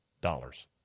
dollars